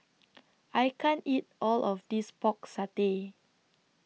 I can't eat All of This Pork Satay